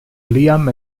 liam